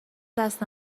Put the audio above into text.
دست